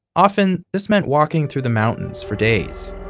often this meant walking through the mountains for days